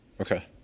Okay